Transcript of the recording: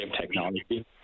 technology